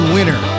Winner